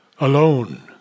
alone